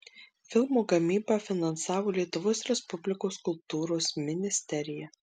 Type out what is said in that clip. filmo gamybą finansavo lietuvos respublikos kultūros ministerija